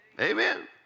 Amen